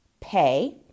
pay